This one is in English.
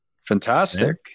Fantastic